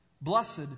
Blessed